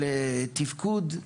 של תפקוד?